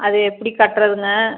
அதை எப்படி கட்டுறதுங்க